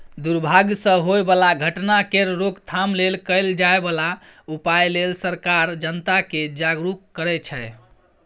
दुर्भाग सँ होए बला घटना केर रोकथाम लेल कएल जाए बला उपाए लेल सरकार जनता केँ जागरुक करै छै